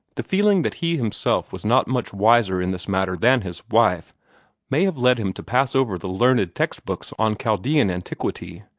the feeling that he himself was not much wiser in this matter than his wife may have led him to pass over the learned text-books on chaldean antiquity,